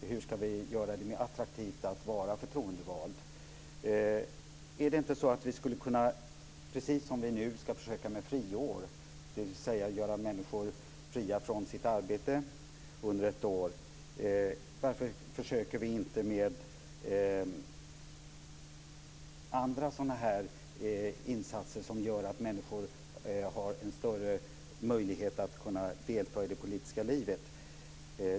Hur ska vi göra det mer attraktivt att vara förtroendevald? Precis som vi nu ska försöka med ett friår - dvs. göra människor fria från sitt arbete under ett år - skulle vi inte kunna försöka med andra sådana insatser som gör att människor har en större möjlighet att delta i det politiska livet?